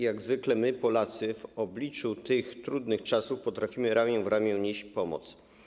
Jak zwykle my, Polacy, w obliczu tych trudnych czasów potrafimy ramię w ramię nieść pomoc.